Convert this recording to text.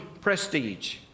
prestige